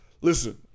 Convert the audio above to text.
listen